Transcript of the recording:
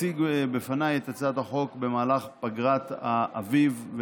בפניי את הצעת החוק במהלך פגרת האביב,